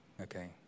Okay